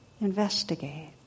Investigate